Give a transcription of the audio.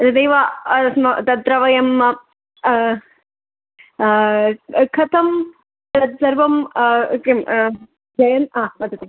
तदेव अस्म तत्र वयं कथं तत्सर्वं किं जयन् आ वदतु